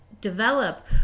develop